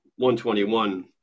121